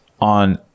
on